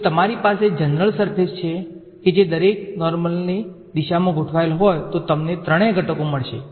જો તમારી પાસે જનરલ સરફેસ છે કે જે દરેક નોર્મલને દિશામાં ગોઠવાયેલ હોય તો તમને ત્રણેય ઘટકો મળશે